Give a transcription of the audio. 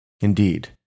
Indeed